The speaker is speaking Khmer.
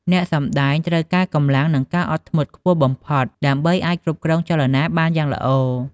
អ្នកសម្តែងត្រូវការកម្លាំង និងការអត់ធ្មត់ខ្ពស់បំផុត ដើម្បីអាចគ្រប់គ្រងចលនាបានយ៉ាងល្អ។